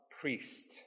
priest